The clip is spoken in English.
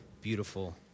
beautiful